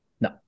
No